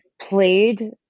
played